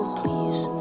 please